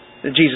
Jesus